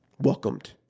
welcomed